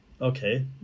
Okay